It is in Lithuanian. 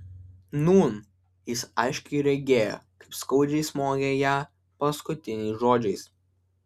nūn jis aiškiai regėjo kaip skaudžiai smogė ją paskutiniais žodžiais